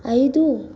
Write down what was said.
ఐదు